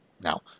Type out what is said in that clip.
Now